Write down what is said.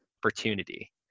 opportunity